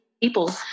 people